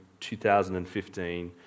2015